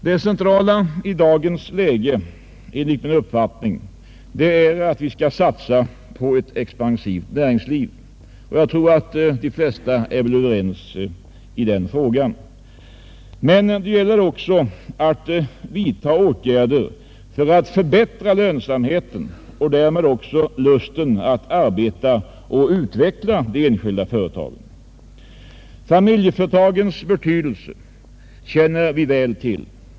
Det centrala i dagens läge är enligt min mening att vi skall satsa på ett expansivt näringsliv — de flesta är säkerligen överens härom. Men det gäller också att vidta åtgärder för att förbättra lönsamheten och därmed öka lusten att arbeta och utveckla de enskilda företagen. Familjeföretagens betydelse känner vi väl till.